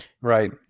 Right